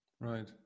Right